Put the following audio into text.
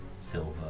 silver